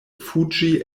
fuĝi